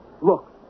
Look